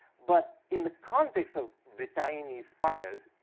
but in the context of brittany spires,